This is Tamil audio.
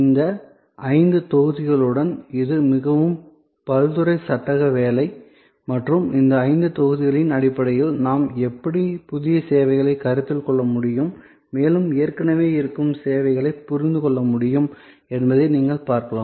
இந்த ஐந்து தொகுதிகளுடன் இது மிகவும் பல்துறை சட்டக வேலை மற்றும் இந்த ஐந்து தொகுதிகளின் அடிப்படையில் நாம் எப்படி புதிய சேவைகளை கருத்தில் கொள்ள முடியும் மேலும் ஏற்கனவே இருக்கும் சேவைகளை புரிந்து கொள்ள முடியும் என்பதை நீங்கள் பார்க்கலாம்